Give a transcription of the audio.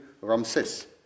Ramses